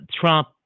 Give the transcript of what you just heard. Trump